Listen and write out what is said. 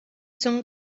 zum